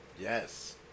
Yes